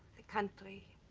the country